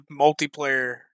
multiplayer